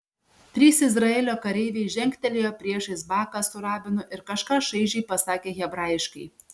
trys izraelio kareiviai žengtelėjo priešais baką su rabinu ir kažką šaižiai pasakė hebrajiškai